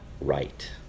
right